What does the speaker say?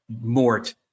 Mort